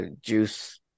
Juice